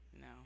No